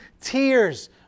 tears